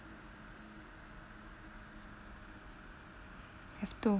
have to